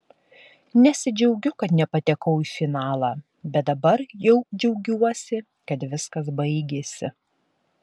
nesidžiaugiu kad nepatekau į finalą bet dabar jau džiaugiuosi kad viskas baigėsi